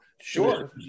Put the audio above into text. sure